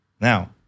Now